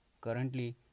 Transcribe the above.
Currently